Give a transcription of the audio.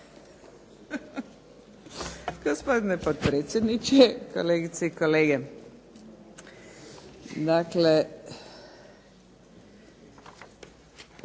Gospodine potpredsjedniče, kolegice i kolege. Dakle,